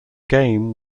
game